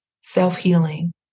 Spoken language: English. self-healing